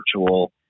virtual